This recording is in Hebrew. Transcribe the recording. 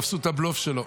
תפסו את הבלוף שלו.